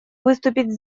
выступить